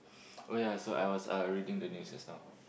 oh yea so I was uh reading the news just now